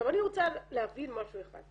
אני רוצה להבין משהו אחד.